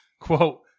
quote